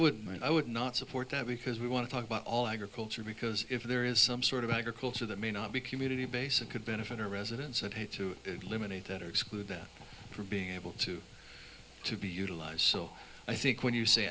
wouldn't i would not support that because we want to talk about all agriculture because if there is some sort of agriculture that may not be community base and could benefit our residents i'd hate to eliminate that or exclude them from being able to to be utilized so i think when you say